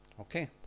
Okay